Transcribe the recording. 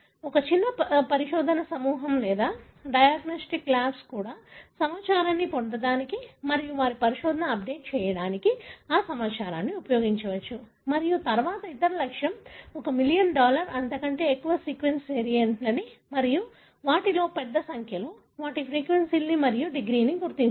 ఒక చిన్న పరిశోధన సమూహం లేదా డయాగ్నొస్టిక్ ల్యాబ్లు కూడా సమాచారాన్ని పొందడానికి మరియు వారి పరిశోధనను అప్డేట్ చేయడానికి ఆ సమాచారాన్ని ఉపయోగించవచ్చు మరియు తరువాత ఇతర లక్ష్యం ఒక మిలియన్ లేదా అంతకంటే ఎక్కువ సీక్వెన్స్ వేరియంట్లను వాటిలో పెద్ద సంఖ్యలో వాటి ఫ్రీక్వెన్సీలు మరియు డిగ్రీని గుర్తించడం